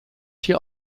hier